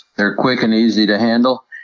they're quick and easy to handle,